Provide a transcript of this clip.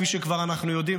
כפי שכבר אנחנו יודעים,